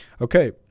Okay